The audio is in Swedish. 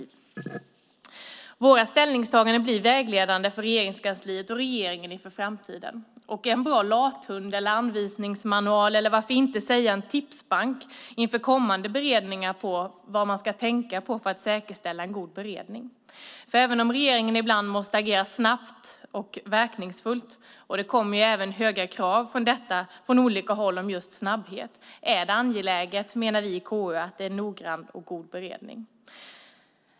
Våra ställningstaganden blir vägledande för Regeringskansliet och regeringen inför framtiden och är en bra lathund eller anvisningsmanual, eller varför inte säga en tipsbank, inför kommande beredningar på vad man ska tänka på för att säkerställa en god beredning. Även om regeringen ibland måste agera snabbt och verkningsfullt - och det kommer ju även krav på just snabbhet från olika håll - är det angeläget, menar vi i KU, att det är en noggrann och god beredning.